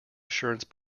assurance